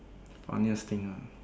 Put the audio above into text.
funniest thing ah